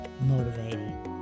motivating